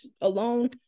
alone